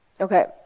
Okay